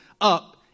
up